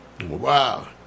Wow